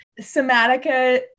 Somatica